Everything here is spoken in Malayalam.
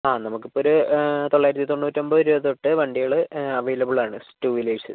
ആ നമുക്ക് ഇപ്പോൾ ഒരു തൊള്ളായിരത്തി തൊണ്ണൂറ്റൊമ്പത് രൂപ തൊട്ട് വണ്ടികൾ അവൈലബിൾ ആണ് ടൂ വീലേഴ്സ്